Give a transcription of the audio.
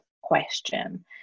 question